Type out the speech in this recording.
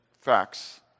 facts